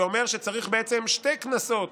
שאומר שבעצם צריך שתי כנסות